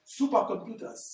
supercomputers